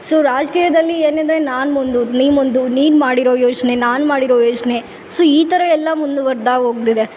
so ರಾಜಕೀಯದಲ್ಲಿ ಏನಿದೆ ನಾನು ಮುಂದು ನೀ ಮುಂದು ನೀನು ಮಾಡಿರೋ ಯೋಜನೆ ನಾನು ಮಾಡಿರೋ ಯೋಜನೆ ಸೊ ಈ ಥರ ಎಲ್ಲ ಮುಂದುವರ್ದಾಗಿ ಹೋಗಿಬಿಟ್ಟಿದೆ